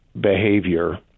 behavior